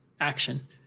action